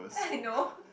no